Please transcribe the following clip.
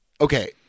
Okay